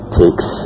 takes